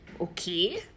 okay